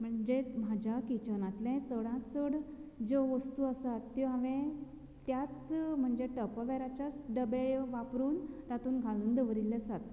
म्हणजेच म्हज्या किचनांतले चडांत चड ज्यो वस्तू आसात त्यो हांवे त्याच म्हणजे टपरवेराच्याच डबे वापरून तातूंत घालून दवरिल्ले आसात